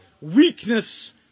weakness